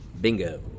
Bingo